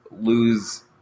lose